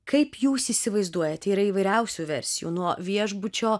kaip jūs įsivaizduojat yra įvairiausių versijų nuo viešbučio